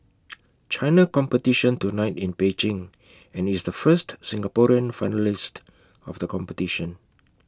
China competition tonight in Beijing and is the first Singaporean finalist of the competition